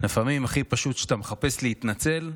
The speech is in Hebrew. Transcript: לפעמים כשאתה מחפש להתנצל,